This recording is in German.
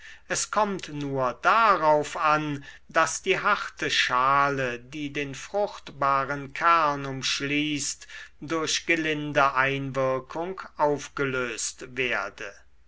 es kommt nur darauf an daß die harte schale die den fruchtbaren kern umschließt durch gelinde einwirkung aufgelöst werde